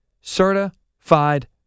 certified